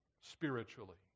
Spiritually